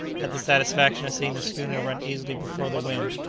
had the satisfaction of seeing the schooner run easily before the wind,